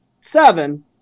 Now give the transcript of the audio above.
seven